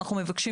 אנחנו מבקשים